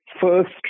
first